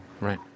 right